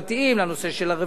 לנושא של הרווחה,